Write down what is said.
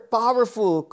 powerful